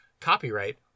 Copyright